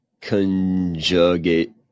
conjugate